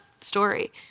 story